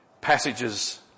passages